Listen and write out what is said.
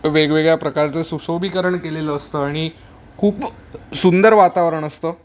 वेगवेगळ्या प्रकारचं सुशोभीकरण केलेलं असतं आणि खूप सुंदर वातावरण असतं